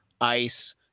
ice